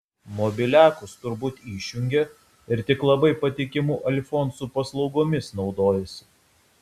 mobiliakus tur būt išjungia ir tik labai patikimų alfonsų paslaugomis naudojasi